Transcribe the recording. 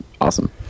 awesome